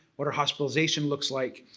what a hospitalization looks like,